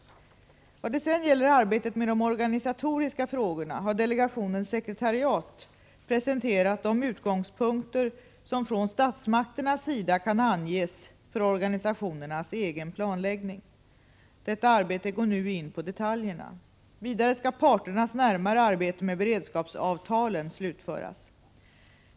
Vad sedan gäller arbetet med de organisatoriska frågorna har delegationens sekretariat presenterat de utgångspunkter som från statsmakternas sida kan anges för organisationernas egen planläggning. Detta arbete går nu in på detaljerna. Vidare skall parternas närmare arbete med beredskapsavtalen slutföras.